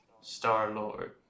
Star-Lord